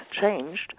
changed